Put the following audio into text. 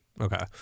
Okay